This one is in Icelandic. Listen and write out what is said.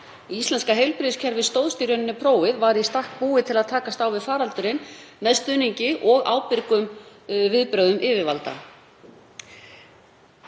Íslenska heilbrigðiskerfið stóðst í rauninni prófið, var í stakk búið til að takast á við faraldurinn með stuðningi og ábyrgum viðbrögðum yfirvalda.